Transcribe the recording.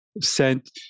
sent